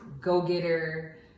go-getter